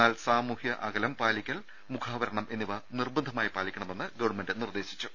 എന്നാൽ സാമൂഹ്യ അകലം പാലിക്കൽ മുഖാവരണം എന്നിവ നിർബന്ധമായി പാലിക്കണമെന്ന് നിർദേശിച്ചു